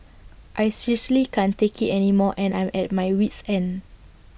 I seriously can't take IT anymore and I'm at my wit's end